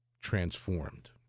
transformed